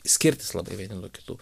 skirtis labai vieni nuo kitų